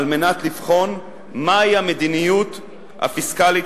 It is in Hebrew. על מנת לבחון מהי המדיניות הפיסקלית